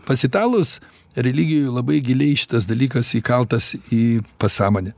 pas italus religijoj labai giliai šitas dalykas įkaltas į pasąmonę